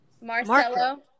Marcelo